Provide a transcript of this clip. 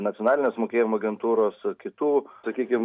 nacionalinės mokėjimo agentūros kitų sakykim